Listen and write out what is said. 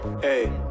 Hey